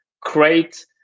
create